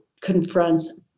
confronts